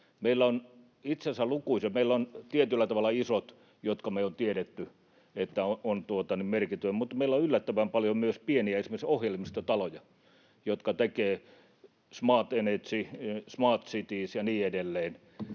meillä on tietyllä tavalla isot, joista me on tiedetty, että ne ovat merkittäviä, mutta meillä on yllättävän paljon myös pieniä, esimerkiksi ohjelmistotaloja, jotka tekevät smart energy-, smart cities- ja niin edelleen